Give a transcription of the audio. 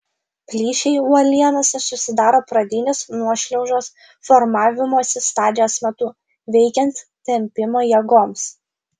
plyšiai uolienose susidaro pradinės nuošliaužos formavimosi stadijos metu veikiant tempimo jėgoms